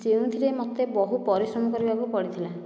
ଯେଉଁଥିରେ ମୋତେ ବହୁ ପରିଶ୍ରମ କରିବାକୁ ପଡ଼ିଥିଲା